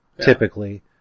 typically